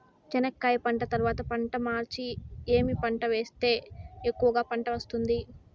చెనక్కాయ పంట తర్వాత పంట మార్చి ఏమి పంట వేస్తే ఎక్కువగా పంట వస్తుంది?